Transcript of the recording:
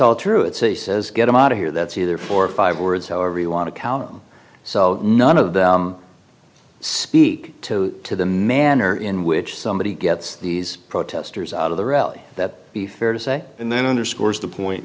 all true it's a says get him out of here that's either four or five words however you want to count them so none of them speak to the manner in which somebody gets these protesters out of the rally that the fair to say and then underscores the point